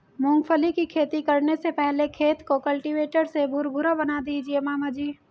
मूंगफली की खेती करने से पहले खेत को कल्टीवेटर से भुरभुरा बना दीजिए मामा जी